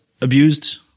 abused